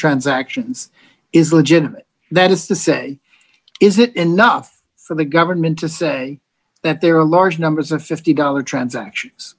transactions is legitimate that is to say is it enough for the government to say that there are large numbers of fifty dollars transactions